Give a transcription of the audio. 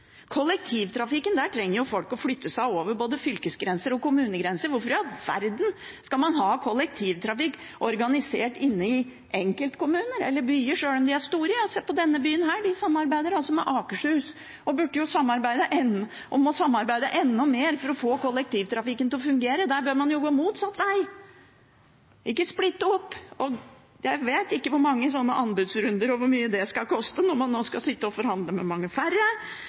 kollektivtrafikken være organisert i enkeltkommuner eller enkeltbyer, selv om de er store? Se på denne byen, de samarbeider med Akershus, og de må samarbeide enda mer for å få kollektivtrafikken til å fungere. Der bør man jo gå motsatt vei – ikke splitte opp. Jeg vet ikke hvor mange anbudsrunder det vil bli, og hvor mye det skal koste, når man nå skal sitte og forhandle med mange færre